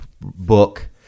book